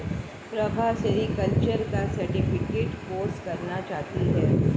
Prabha sericulture का certificate course करना चाहती है